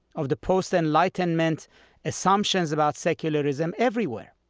of the post-enlightenment assumptions about secularism everywhere.